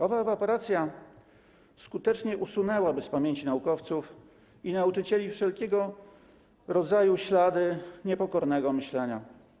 Owa ewaporacja skutecznie usunęłaby z pamięci naukowców i nauczycieli wszelkiego rodzaju ślady niepokornego myślenia.